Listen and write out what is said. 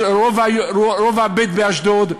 ברובע ב' באשדוד,